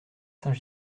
saint